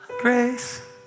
Grace